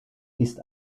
ist